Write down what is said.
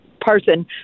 person